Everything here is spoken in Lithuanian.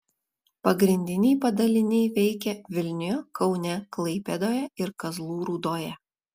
pagrindiniai padaliniai veikia vilniuje kaune klaipėdoje ir kazlų rūdoje